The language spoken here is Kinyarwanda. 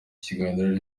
kiganiro